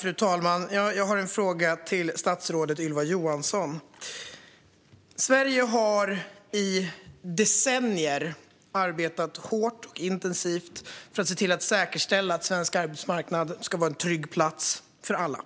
Fru talman! Jag har en fråga till statsrådet Ylva Johansson. Sverige har i decennier arbetat hårt och intensivt för att säkerställa att svensk arbetsmarknad ska vara en trygg plats för alla.